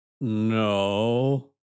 No